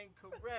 correct